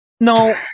No